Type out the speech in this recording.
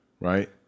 right